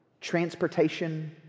transportation